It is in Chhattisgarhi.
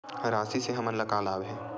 राशि से हमन ला का लाभ हे?